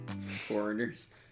Foreigners